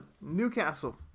Newcastle